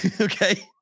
okay